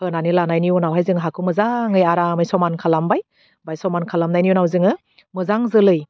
होनानै लानायनि उनावहाय जों हाखौ मोजाङै आरामै समान खालामबाय ओमफाय समान खालामनायनि उनाव जोङो मोजां जोलै